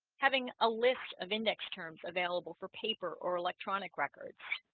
having a list of index terms available for paper or electronic records